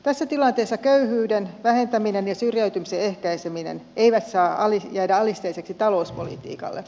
tässä tilanteessa köyhyyden vähentäminen ja syrjäytymisen ehkäiseminen eivät saa jäädä alisteisiksi talouspolitiikalle